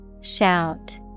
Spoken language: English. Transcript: Shout